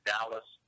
Dallas